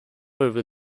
over